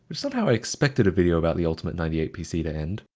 sort of expected a video about the ultimate ninety eight pc to end.